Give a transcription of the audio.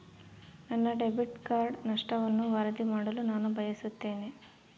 ನನ್ನ debit card ನಷ್ಟವನ್ನು ವರದಿ ಮಾಡಲು ನಾನು ಬಯಸುತ್ತೇನೆ